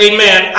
Amen